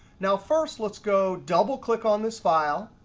now first let's go double-click on this file.